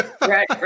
Right